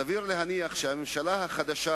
סביר להניח שהממשלה החדשה,